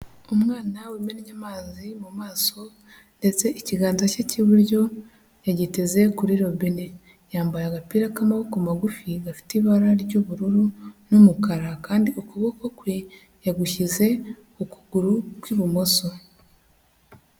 Umwana wimennye amazi mu maso ndetse ikiganza cye cy'iburyo yagiteze kuri robine. Yambaye agapira k'amaboko magufi gafite ibara ry'ubururu n'umukara kandi ukuboko kwe yagushyize ku kuguru kw'ibumoso.